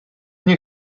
nie